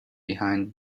behind